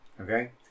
okay